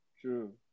True